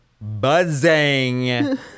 buzzing